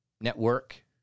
Network